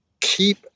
keep